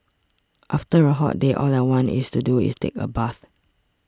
after a hot day all I want to do is take a bath